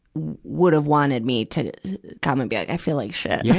would have wanted me to come and be like, i feel like shit. yeah.